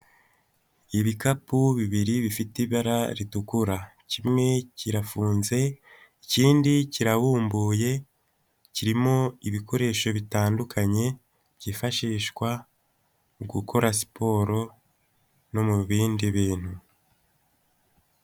Ibikapu bibiri bifite ibara ritukura, kimwe kirafunze ikindi kirabumbuye kirimo ibikoresho bitandukanye byifashishwa mu gukora siporo no mu bindi bintu.